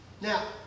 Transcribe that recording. Now